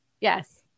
Yes